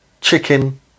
chicken